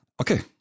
Okay